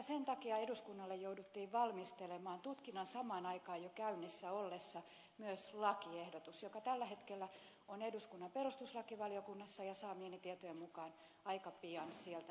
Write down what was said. sen takia eduskunnalle jouduttiin valmistelemaan tutkinnan samaan aikaan jo käynnissä ollessa myös lakiehdotus joka tällä hetkellä on eduskunnan perustuslakivaliokunnassa ja saamieni tietojen mukaan aika pian sieltä valmistumassa